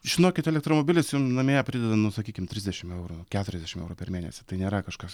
žinokit elektromobilis jum namie prideda nu sakykim trisdešim eurų keturiasdešim eurų per mėnesį tai nėra kažkas